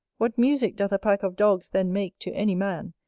what music doth a pack of dogs then make to any man,